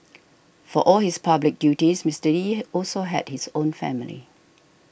for all his public duties Mister Lee also had his own family